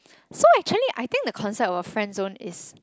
so actually I think the concept of friendzone is